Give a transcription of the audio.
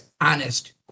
honest